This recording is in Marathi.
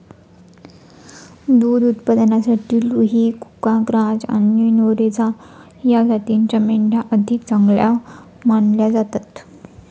दुध उत्पादनासाठी लुही, कुका, ग्राझ आणि नुरेझ या जातींच्या मेंढ्या अधिक चांगल्या मानल्या जातात